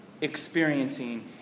experiencing